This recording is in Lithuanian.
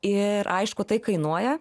ir aišku tai kainuoja